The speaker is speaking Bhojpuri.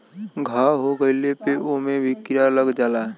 घाव हो गइले पे ओमे भी कीरा लग जाला